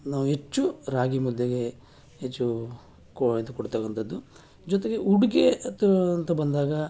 ನಾವು ಹೆಚ್ಚು ರಾಗಿ ಮುದ್ದೆಗೆ ಹೆಚ್ಚು ಕೊ ಇದು ಕೊಡ್ತಕ್ಕಂಥದ್ದು ಜೊತೆಗೆ ಉಡುಗೆ ಅಂತ ಅಂತ ಬಂದಾಗ